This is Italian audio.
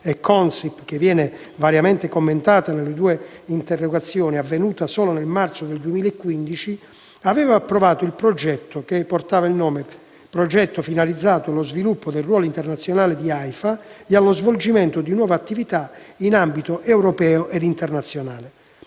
Consip, variamente commentata nelle due interrogazioni, avvenuta solo nel marzo 2015), aveva approvato un «progetto finalizzato allo sviluppo del Ruolo internazionale di Aifa ed allo svolgimento di nuove attività in ambito europeo ed internazionale»,